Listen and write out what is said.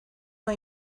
hay